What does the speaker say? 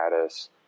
status